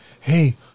Hey